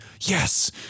yes